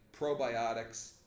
Probiotics